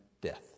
death